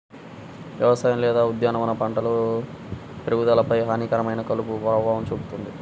వ్యవసాయ లేదా ఉద్యానవన పంటల పెరుగుదలపై హానికరమైన కలుపు ప్రభావం చూపుతుంది